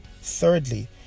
Thirdly